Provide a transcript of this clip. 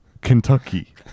Kentucky